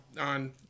on